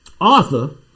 Arthur